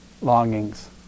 longings